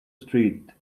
street